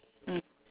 mm